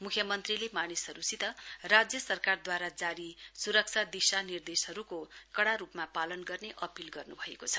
मुख्यमन्त्रीले मानिसहरूसित राज्य सरकारद्वारा जारी सुरक्षा देशानिर्देशहरूको कडा रूपमा पालन गर्ने अपील गर्नुभएको छ